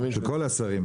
של כל השרים.